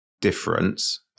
difference